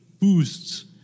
boosts